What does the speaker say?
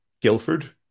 Guildford